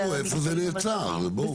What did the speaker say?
אז תגדירו איפה זה נעצר, בואו.